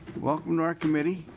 welcome to our committee.